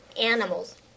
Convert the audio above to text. Animals